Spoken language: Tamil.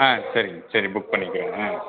ஆ சரிங்க சரி புக் பண்ணிக்கிறேன்ங்க